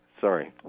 sorry